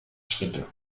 schritte